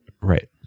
right